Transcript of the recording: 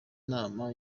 inama